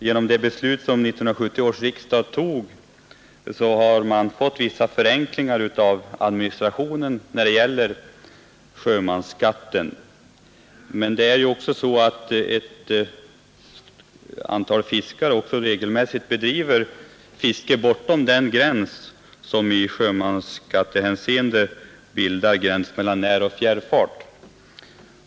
Genom det beslut som 1970 års riksdag fattade har vissa förenklingar införts när det gäller administrationen av sjömansskatten. Men ett antal fiskare bedriver också regelmässigt fiske bortom den linje som i sjömansskattehänseende bildar gräns mellan näroch fjärrfart.